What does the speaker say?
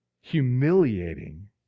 humiliating